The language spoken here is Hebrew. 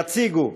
יציגו,